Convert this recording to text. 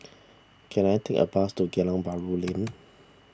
can I take a bus to Geylang Bahru Lane